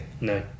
No